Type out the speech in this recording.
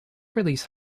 release